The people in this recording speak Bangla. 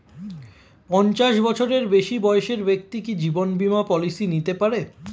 পঞ্চাশ বছরের বেশি বয়সের ব্যক্তি কি জীবন বীমা পলিসি নিতে পারে?